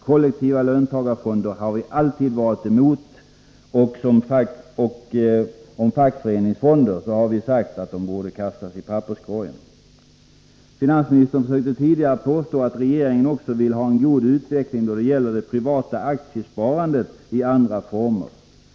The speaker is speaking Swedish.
Kollektiva löntagarfonder har vi alltid varit emot, och om fackföreningsfonder har vi sagt att de borde kastas i papperskorgen. Finansministern försökte tidigare påstå att även regeringen vill ha en god utveckling när det gäller det privata aktiesparandet i andra former.